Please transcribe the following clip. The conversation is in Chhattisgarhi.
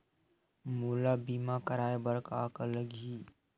मोला बीमा कराये बर का का लगही?